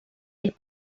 est